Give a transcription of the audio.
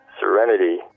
Serenity